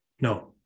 No